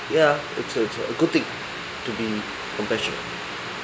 yeah it's it's a good thing to be compassion